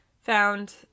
found